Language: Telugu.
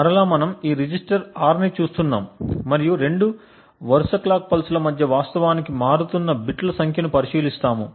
మరలా మనం ఈ రిజిస్టర్ R ని చూస్తున్నాము మరియు రెండు వరుస క్లాక్ పల్స్ ల మధ్య వాస్తవానికి మారుతున్న బిట్ల సంఖ్యను పరిశీలిస్తాము